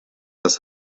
das